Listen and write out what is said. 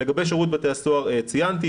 לגבי שירות בתי הסוהר ציינתי,